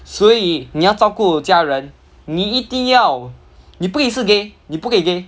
所以你要照顾家人你一定要你不可以是 gay 你不可以 gay